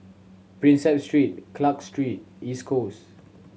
Prinsep Street Clarke Street East Coast